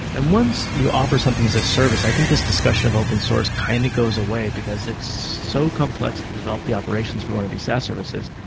and once you offer something as a service, i think this discussion of open source kind of goes away, because it's so complex to develop the operations for one of these saas services.